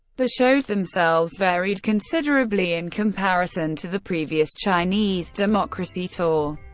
the shows themselves varied considerably in comparison to the previous chinese democracy tour.